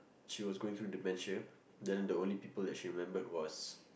she was going through dementia then the only people that she remembered was